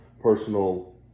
personal